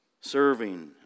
serving